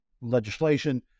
legislation